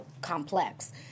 complex